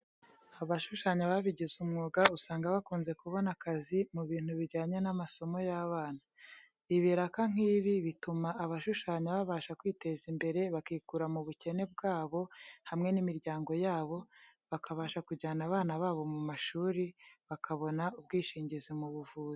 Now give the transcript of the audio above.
Abashushanya babigize umwuga usanga bakunze kubona akazi mu bintu bijyanye n'amasomo y'abana. Ibiraka nk'ibi bituma abashushanya babasha kwiteza imbere bakikura mu bukene bwabo hamwe n'imiryango yabo, bakabasha kujyana abana babo mu mashuri, bakabona ubwishingizi mu buvuzi.